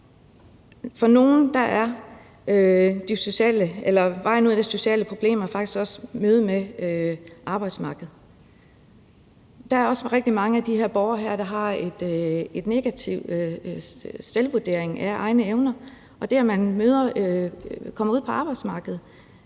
for nogle er vejen ud af de sociale problemer faktisk også mødet med arbejdsmarkedet. Der er også rigtig mange af de her borgere, der har en negativ selvopfattelse af egne evner, og det, at man kommer ud på arbejdsmarkedet,